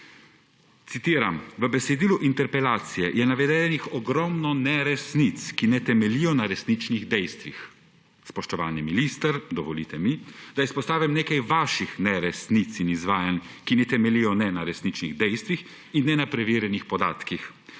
Citiram: »V besedilu interpelacije je navedenih ogromno neresnic, ki ne temeljijo na resničnih dejstvih.« Spoštovani minister, dovolite mi, da izpostavim nekaj vaših neresnic in izvajanj, ki ne temeljijo ne na resničnih dejstvih in ne na preverjenih podatkih.